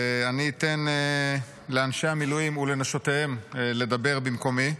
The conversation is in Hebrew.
אני אתן לאנשי המילואים ולנשותיהם לדבר במקומי,